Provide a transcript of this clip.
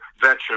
veteran